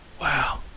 Wow